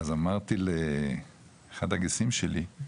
אז אמרתי לאחד הגיסים שלי,